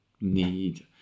need